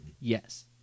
Yes